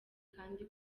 kandi